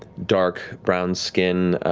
dark brown skin,